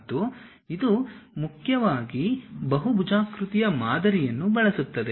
ಮತ್ತು ಇದು ಮುಖ್ಯವಾಗಿ ಬಹುಭುಜಾಕೃತಿಯ ಮಾದರಿಯನ್ನು ಬಳಸುತ್ತದೆ